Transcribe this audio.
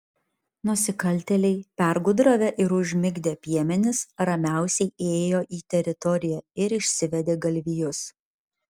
nusikaltėliai pergudravę ir užmigdę piemenis ramiausiai įėjo į teritoriją ir išsivedė galvijus